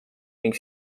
ning